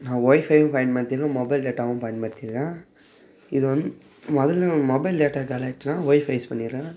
நான் ஒய்ஃபையும் பயன்படுத்தியிருக்கேன் மொபைல் டேட்டாவும் பயன்படுத்தியிருக்கேன் இதுவந்து முதல்ல மொபைல் டேட்டா காலியாயிட்டுனால் ஒய்ஃபை யூஸ் பண்ணிடுறேன்